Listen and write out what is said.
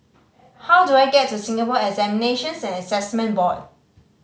how do I get to Singapore Examinations and Assessment Board